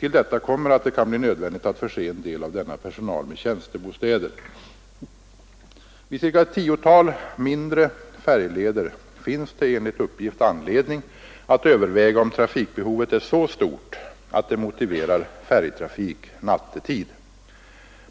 Till detta kommer att det kan bli nödvändigt att förse en del av denna personal med tjänstebostäder. Vid ca ett tiotal mindre färjleder finns det enligt uppgift anledning att överväga om trafikbehovet är så stort att det motiverar färjtrafik nattetid.